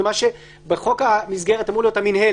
זה מה שבחוק המסגרת אמור להיות המנהלת,